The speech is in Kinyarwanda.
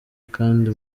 kandi